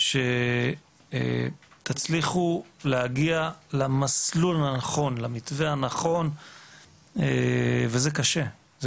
ושתצליחו להגיע למתווה הנכון וזה קשה.